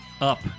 up